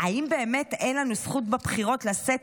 "האם באמת אין לנו זכות בבחירות לשאת